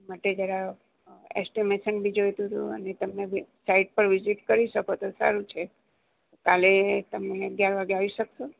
માટે જરા એસ્ટિમેશન બી જોઈતું હતું અને તમને સાઈટ પર વિઝિટ કરી શકો તો સારું છે કાલે તમે અગિયાર વાગે આવી શકશો